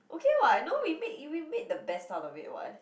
okay [what] no we made we made the best out of it [what]